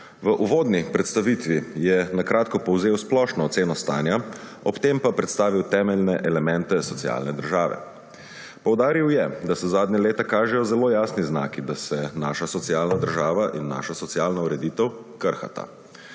V uvodni predstavitvi je na kratko povzel splošno oceno stanja, ob tem pa predstavil temeljne elemente socialne države. Poudaril je, da se zadnja leta kažejo zelo jasni znaki, da se naša socialna država in naša socialna ureditev krhata.